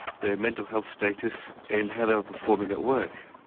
their mental health status and how they were performing at work.